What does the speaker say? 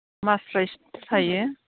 मास्राइस थायो